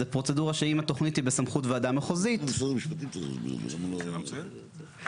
זו פרוצדורה שאם התוכנית היא בסמכות וועדה מחוזית --- אני חושב